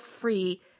free